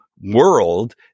world